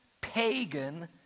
pagan